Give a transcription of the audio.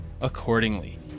Accordingly